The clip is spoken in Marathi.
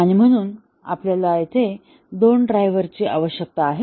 आणि म्हणून आपल्याला येथे दोन ड्रायव्हर्सची आवश्यकता आहे